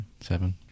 Seven